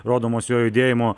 rodomos jo judėjimo